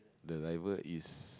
the driver is